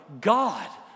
God